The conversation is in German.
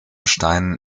steinen